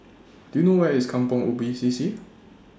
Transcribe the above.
Do YOU know Where IS Kampong Ubi C C